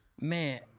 Man